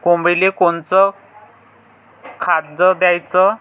कोंबडीले कोनच खाद्य द्याच?